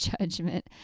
judgment